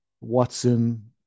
Watson